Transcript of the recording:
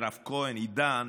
מירב כהן, עידן,